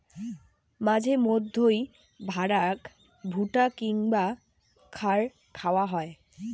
মাঝে মইধ্যে ভ্যাড়াক ভুট্টা কিংবা খ্যার খাওয়াং হই